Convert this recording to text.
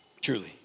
Truly